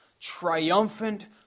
triumphant